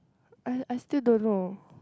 I I still don't know